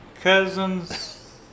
cousin's